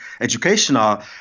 educational